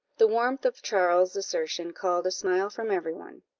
the warmth of charles's assertion called a smile from every one.